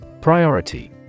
Priority